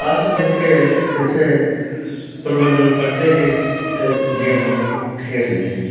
अस जेह्डे इत्थैं परमण्डल पढ़दे हे ते गेमां खेलदे हे